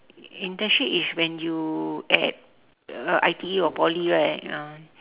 internship is when you at uh I_T_E or poly right ah